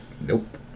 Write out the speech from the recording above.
Nope